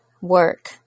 work